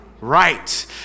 right